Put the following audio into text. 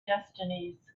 destinies